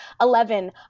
Eleven